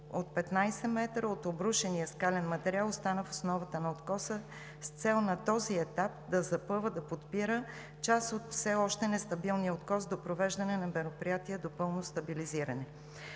от 15 метра от обрушения скален материал, останал в основата на откоса, с цел този етап да запъва, да подпира част от все още нестабилния откос до провеждане на мероприятия до пълно стабилизиране.